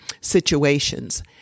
situations